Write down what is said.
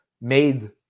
made